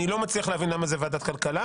אני לא מצליח להבין זה בוועדת הכלכלה,